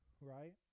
Right